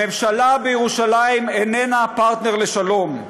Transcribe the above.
הממשלה בירושלים איננה פרטנר לשלום.